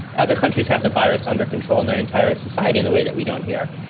other countries have the virus under control in their entire society in a way that we don't hear.